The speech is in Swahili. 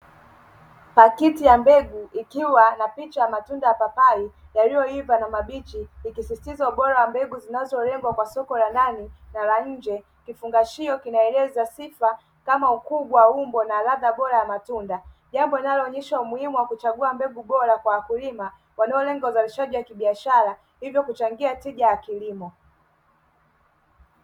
Pakiti ya mbegu ikiwa na picha ya matunda ya papai yaliyoiva na mabichi ikisisitiza ubora wa mbegu zinazolengwa kwa soko la ndani na la nje. Kifungashio kinaeleza sifa kama ukubwa, umbo na ladha bora ya matunda; jambo linaloonyeshwa umuhimu wa kuchagua mbegu bora kwa wakulima, wanaolenga uzalishaji wa kibiashara hivyo kuchangia tija ya kilimo.